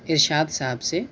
ارشاد صاحب سے